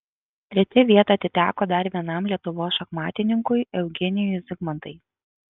trečia vieta atiteko dar vienam lietuvos šachmatininkui eugenijui zigmantai